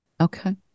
Okay